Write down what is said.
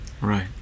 Right